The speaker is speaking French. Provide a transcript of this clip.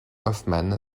hoffman